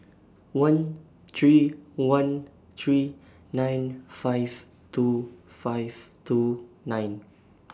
one three one three nine five two five two nine